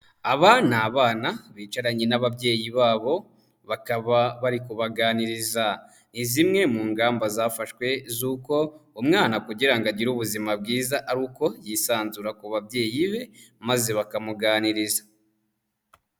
Aba n'abana bicaranye n'ababyeyi babo bari kubaganiriza ni zimwe mu ngamba zafashwe z'uko umwana kugira ngo agire ubuzima bwiza ari uko yisanzura ku babyeyi be, maze bakamuganiriza.